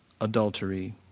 adultery